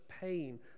pain